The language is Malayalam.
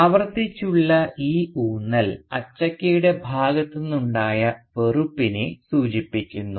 ആവർത്തിച്ചുള്ള ഈ ഊന്നൽ അച്ചക്കയുടെ ഭാഗത്തുനിന്നുണ്ടായ വെറുപ്പിനെ സൂചിപ്പിക്കുന്നു